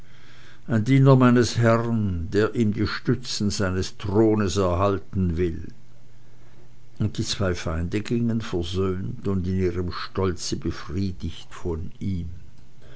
ein diener meines herrn der ihm die stützen seines thrones erhalten will und die zwei feinde gingen versöhnt und in ihrem stolze befriedigt von ihm